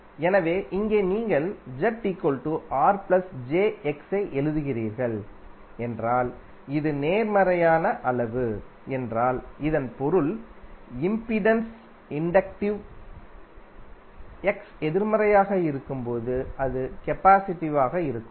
எனவே இங்கே நீங்கள் ஐ எழுதுகிறீர்கள் என்றால் இது நேர்மறையான அளவு என்றால் இதன் பொருள் இம்பிடன்ஸ் இன்டக்டிவ் X எதிர்மறையாக இருக்கும்போது அது கபாசிடிவ் ஆக இருக்கும்